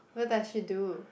what does she do